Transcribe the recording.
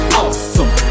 awesome